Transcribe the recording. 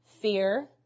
fear